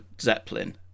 zeppelin